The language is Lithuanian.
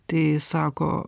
tai sako